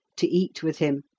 to eat with him,